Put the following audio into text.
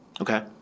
Okay